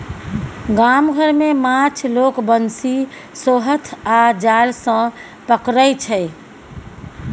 गाम घर मे माछ लोक बंशी, सोहथ आ जाल सँ पकरै छै